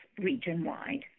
region-wide